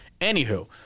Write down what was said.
Anywho